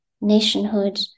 nationhood